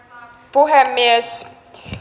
puhemies